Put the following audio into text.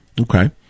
okay